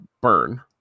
burn